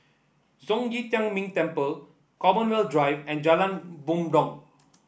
Zhong Yi Tian Ming Temple Commonwealth Drive and Jalan Bumbong